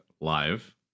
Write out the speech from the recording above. live